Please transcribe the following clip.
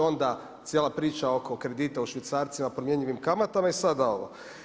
Onda cijela priča oko kredita u švicarcima, promjenjivim kamatama i sada ovo.